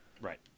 Right